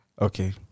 Okay